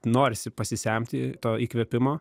norisi pasisemti to įkvėpimo